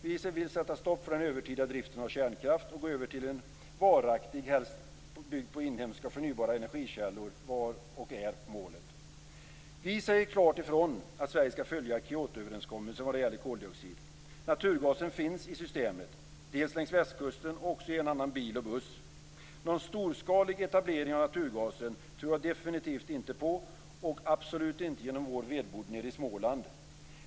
Vi vill sätta stopp för övertida drift av kärnkraft och gå över till en varaktig energi, helst byggd på inhemska och förnybara energikällor. Vi säger klart att Sverige skall följa Kyotoöverenskommelsen vad gäller koldioxid. Naturgas finns redan i systemet längs västkusten och som bränsle i en annan bil och buss. Någon storskalig etablering av naturgasen tror jag definitivt inte på och absolut inte genom vår vedbod nere i Småland.